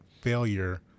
failure